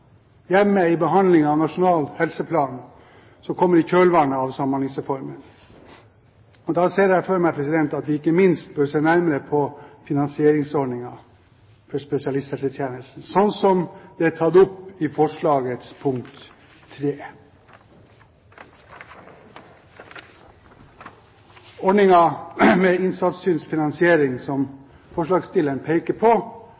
hjemme i behandlingen av Nasjonal helseplan, som kommer i kjølvannet av Samhandlingsreformen. Da ser jeg for meg at vi ikke minst bør se nærmere på finansieringsordningen for spesialisthelsetjenesten, slik det er tatt opp i forslagets punkt 3. Ordningen med innsatsstyrt finansiering, som forslagsstilleren peker på,